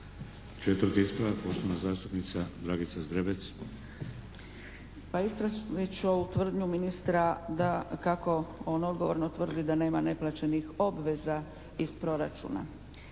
Četvrti ispravak, poštovana zastupnica Dragica Zgrebec. **Zgrebec, Dragica (SDP)** Pa ispravit ću ovu tvrdnju ministra kako on odgovorno tvrdi da nema neplaćenih obveza iz proračuna.